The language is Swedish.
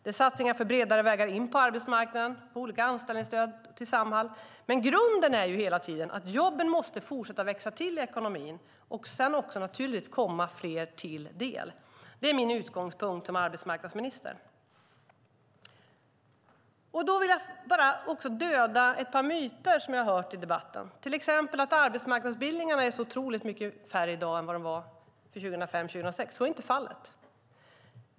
Det är satsningar på bredare vägar in på arbetsmarknaden och olika anställningsstöd till Samhall. Men grunden är hela tiden att jobben måste fortsätta växa till i ekonomin och naturligtvis komma fler till del. Det är min utgångspunkt som arbetsmarknadsminister. Jag vill också döda ett par myter som jag har hört i debatten. Ett exempel är att arbetsmarknadsutbildningarna är otroligt mycket färre i dag än 2005-2006. Så är inte fallet.